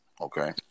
Okay